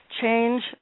change